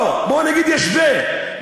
או בואו נגיד ישווה,